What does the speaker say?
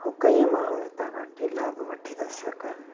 हो कई माण्हू हितां खां वठी लाभ वठी था सघनि